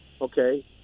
okay